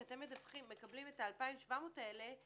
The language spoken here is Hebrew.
כשאתם מקבלים את ה-2,700 האלה,